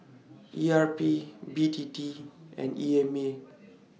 E R P B T T and E M A